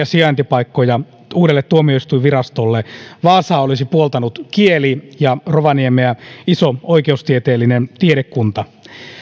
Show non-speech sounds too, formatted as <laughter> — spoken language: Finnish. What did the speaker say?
<unintelligible> sijaintipaikkoja uudelle tuomioistuinvirastolle vaasaa olisi puoltanut kieli ja rovaniemeä iso oikeustieteellinen tiedekunta